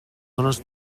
zones